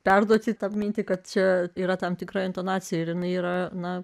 perduoti tą mintį kad čia yra tam tikra intonacija ir jinai yra na